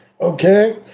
okay